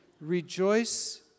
rejoice